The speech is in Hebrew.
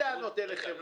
אין לי טענות אליכם.